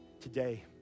Today